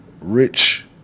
Rich